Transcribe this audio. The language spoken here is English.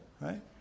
right